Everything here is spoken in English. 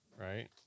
right